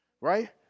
Right